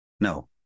No